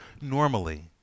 normally